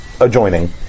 adjoining